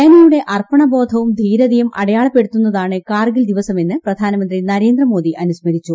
സേനയുടെ അർപ്പണബോധവും ധീരതയും അടയാളപ്പെടുത്തുന്നതാണ് കാർഗിൽ ദിവസമെന്ന് പ്രധാനുമന്ത്രി നരേന്ദ്രമോദി അനുസ്മരിച്ചു